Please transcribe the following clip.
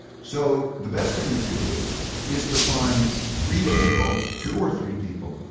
so the best thing you could do is to find three people, two or three people,